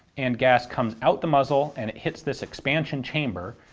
and gas comes out the muzzle and it hits this expansion chamber,